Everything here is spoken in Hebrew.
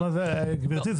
גברתי,